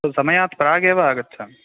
समयात् प्रागेव आगच्छामि